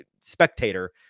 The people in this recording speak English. spectator